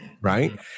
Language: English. Right